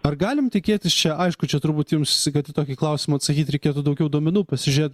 ar galim tikėtis čia aišku čia turbūt jums kad į tokį klausimą atsakyt reikėtų daugiau duomenų pasižiūrėt